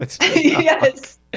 Yes